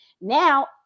Now